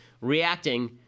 reacting